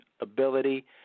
ability